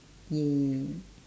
!yay!